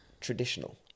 traditional